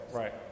right